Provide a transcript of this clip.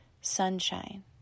sunshine